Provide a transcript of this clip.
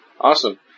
Awesome